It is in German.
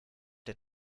der